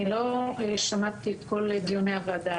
אני לא שמעתי את כל דיוני הוועדה,